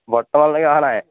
বৰ্তমানলৈকে অহা নাই